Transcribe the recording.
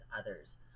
others